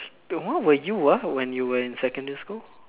where were you ah when you were in secondary school